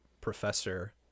professor